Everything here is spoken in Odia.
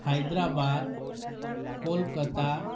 ହାଇଦ୍ରାବାଦ କୋଲକତା